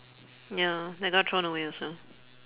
ya that got thrown away also